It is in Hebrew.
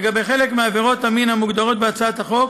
לגבי חלק מעבירות המין המוגדרות בהצעת החוק